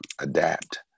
adapt